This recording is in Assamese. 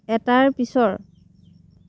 এটাৰ পিছৰ